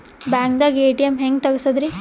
ಬ್ಯಾಂಕ್ದಾಗ ಎ.ಟಿ.ಎಂ ಹೆಂಗ್ ತಗಸದ್ರಿ?